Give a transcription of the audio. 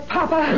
Papa